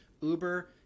Uber